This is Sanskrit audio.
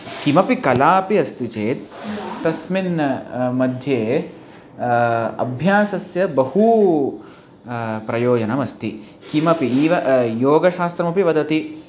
कापि कला अपि अस्ति चेत् तस्याः मध्ये अभ्यासस्य बहु प्रयोजनमस्ति किमपि इव योगशास्त्रमपि वदति